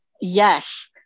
Yes